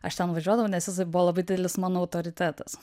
aš ten važiuodavau nes jis buvo labai didelis mano autoritetas